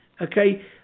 Okay